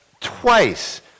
twice